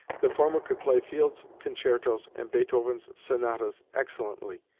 the former could play field's concertos and beethoven's sonatas excellently,